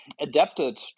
adapted